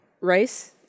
Rice